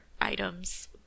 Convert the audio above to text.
items